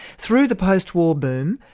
through the post-war boom,